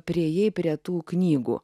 priėjai prie tų knygų